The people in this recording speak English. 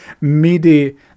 MIDI